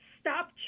stop